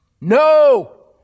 No